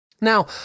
Now